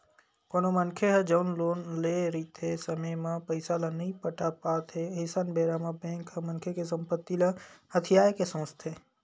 कोनो मनखे ह जउन लोन लेए रहिथे समे म पइसा ल नइ पटा पात हे अइसन बेरा म बेंक ह मनखे के संपत्ति ल हथियाये के सोचथे